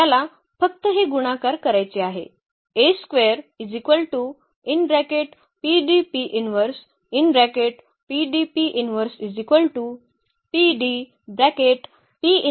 तर आपल्याला फक्त हे गुणाकार करायचे आहेत